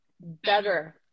better